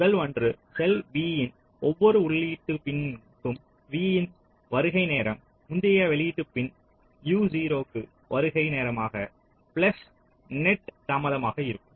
முதல் ஒன்று cell v இன் ஒவ்வொரு உள்ளீட்டு பின்க்கும் vi இன் வருகை நேரம் முந்தைய வெளியீட்டு பின் uo க்கு வருகை நேரமாக பிளஸ் நெட் தாமதமாக இருக்கும்